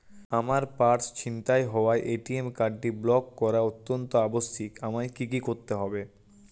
আমার পার্স ছিনতাই হওয়ায় এ.টি.এম কার্ডটি ব্লক করা অত্যন্ত আবশ্যিক আমায় কী কী করতে হবে?